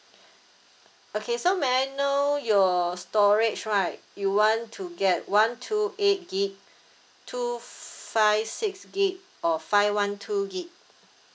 okay so may I know your storage right you want to get one two eight gig two five six gig or five one two gig